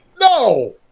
No